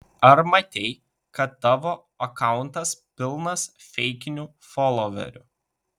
ar matei kad tavo akauntas pilnas feikinių foloverių